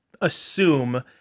assume